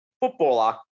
footballer